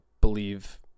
believe